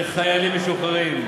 לחיילים משוחררים.